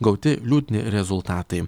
gauti liūdni rezultatai